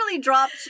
dropped